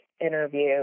interview